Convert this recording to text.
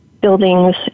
buildings